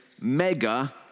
mega